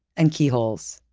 and keyholes,